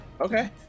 Okay